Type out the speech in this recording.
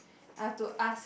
I have to ask